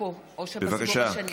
(קוראת בשמות חברי הכנסת)